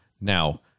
Now